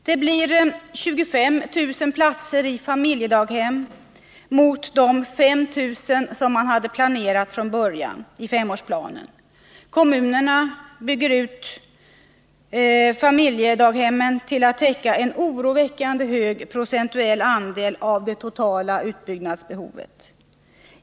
Det kommer att bli 25 000 platser i familjedaghem mot 50 000 som planerats från början i femårsplanen. Kommunerna bygger ut familjedaghemmen till att täcka en oroväckande hög procentuell andel av det totala utbyggnadsbehovet.